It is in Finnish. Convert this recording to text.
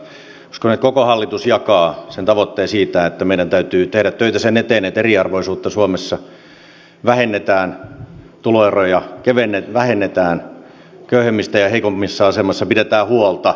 uskon että koko hallitus jakaa sen tavoitteen siitä että meidän täytyy tehdä töitä sen eteen että eriarvoisuutta suomessa vähennetään tuloeroja vähennetään köyhemmistä ja heikommassa asemassa olevista pidetään huolta